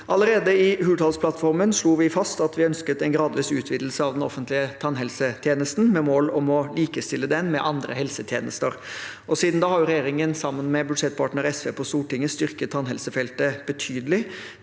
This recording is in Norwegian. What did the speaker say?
Allerede i Hurdalsplattformen slo vi fast at vi ønsket en gradvis utvidelse av den offentlige tannhelsetjenesten, med mål om å likestille den med andre helsetjenester. Siden da har regjeringen – sammen med budsjettpartner SV på Stortinget – styrket tannhelsefeltet betydelig.